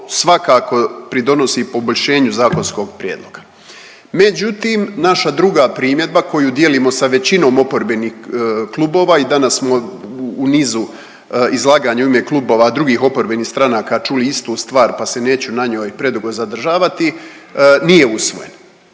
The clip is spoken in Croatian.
svakako pridonosi poboljšanju zakonskog prijedloga. Međutim naša druga primjedba koju dijelimo sa većinom oporbenih klubova i danas smo u nizu izlaganja u ime klubova drugih oporbenih stranaka čuli istu stvar pa se neću na njoj predugo zadržavati, nije usvojen,